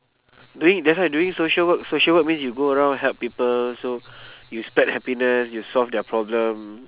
doing that's why doing social work social work means you go around help people so you spread happiness you solve their problem